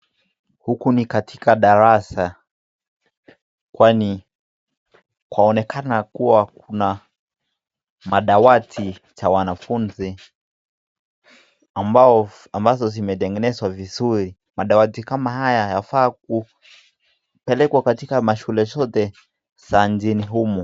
Huku ni katika darasa kwani kwaonekana kuwa kuna madawati ya wanafunzi ambazo zimetengenezwa vizuri. Madawati kama haya yafaa kupelekwa katika mashule zote za nchini humu.